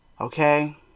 Okay